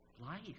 life